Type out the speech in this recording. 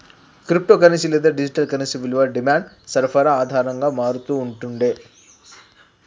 crypto currency లేదా digital currency విలువ demand, సరఫరా ఆధారంగా మారతూ ఉంటుండే